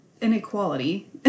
inequality